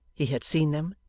he had seen them,